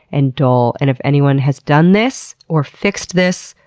and dull, and if anyone has done this, or fixed this,